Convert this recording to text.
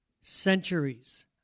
centuries